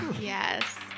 Yes